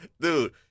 dude